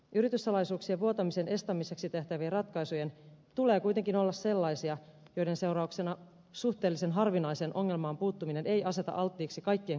yrityssalaisuuksien vuotamisen estämiseksi tehtävien ratkaisujen tulee kuitenkin olla sellaisia joiden seurauksena suhteellisen harvinaiseen ongelmaan puuttuminen ei aseta alttiiksi kaikkien kansalaisten perusoikeuksia